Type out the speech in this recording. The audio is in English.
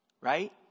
Right